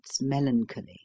melancholy